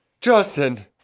Justin